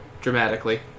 Dramatically